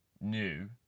new